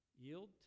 Yield